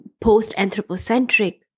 post-anthropocentric